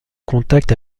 contact